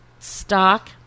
Stock